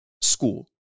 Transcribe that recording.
school